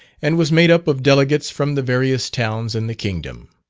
and was made up of delegates from the various towns in the kingdom.